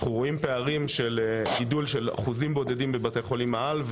אנחנו רואים פערים של גידול של אחוזים בודדים בבתי החולים העל,